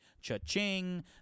Cha-ching